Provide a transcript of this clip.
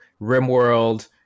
RimWorld